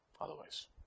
otherwise